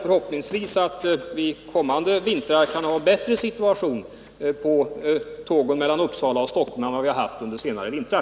Förhoppningsvis kan vi därigenom under kommande vintrar få en bättre situation på sträckan Uppsala-Stockholm än vad vi haft under senare vintrar.